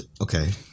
okay